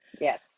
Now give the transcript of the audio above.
Yes